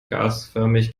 gasförmig